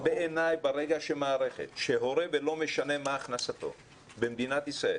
ברגע שמערכת שהורה - ולא משנה מה הכנסתו במדינת ישראל